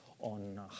On